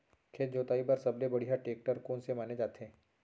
खेत जोताई बर सबले बढ़िया टेकटर कोन से माने जाथे?